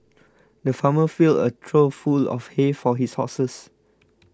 the farmer filled a trough full of hay for his horses